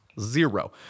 Zero